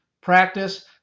practice